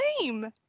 name